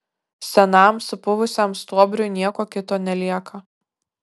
senam supuvusiam stuobriui nieko kito nelieka